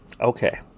Okay